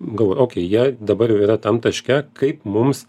gal okei jie dabar jau yra tam taške kaip mums